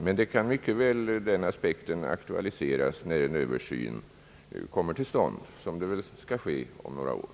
Men om några år skall väl en översyn av lagen komma till stånd, och då kan det mycket väl tänkas att den aspekten aktualiseras.